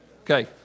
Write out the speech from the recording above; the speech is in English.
Okay